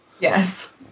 Yes